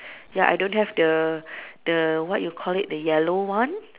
ya I don't have the the what you call it the yellow one